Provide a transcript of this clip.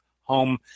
home